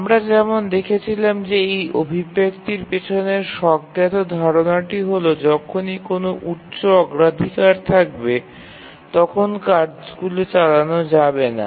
আমরা যেমন দেখেছিলাম যে এই অভিব্যক্তির পিছনে স্বজ্ঞাত ধারণাটি হল যখনই কোনও উচ্চ অগ্রাধিকার থাকবে তখন কাজগুলি চালানো যাবে না